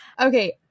Okay